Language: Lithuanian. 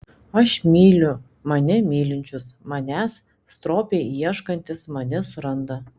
aš myliu mane mylinčius manęs stropiai ieškantys mane suranda